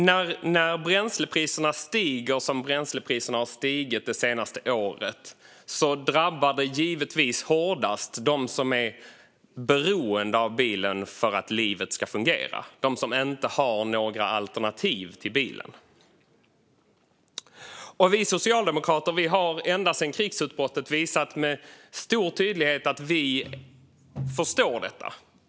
När bränslepriserna stiger på det sätt de gjort det senaste året slår detta givetvis hårdast mot dem som är beroende av bilen för att livet ska fungera och som inte har några alternativ till bilen. Vi socialdemokrater har ända sedan krigsutbrottet med stor tydlighet visat att vi förstår detta.